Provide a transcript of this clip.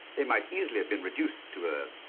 they might easily been reduced to a,